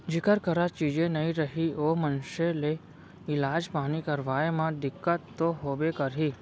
जेकर करा चीजे नइ रही ओ मनसे ल इलाज पानी करवाय म दिक्कत तो होबे करही